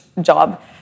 job